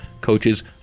coaches